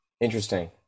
Interesting